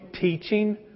teaching